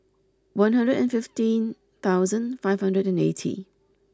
one hundred and fifteen thousand five hundred and eighty